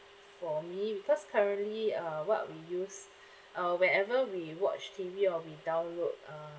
for me because currently uh what we use uh whenever we watch T_V or we download uh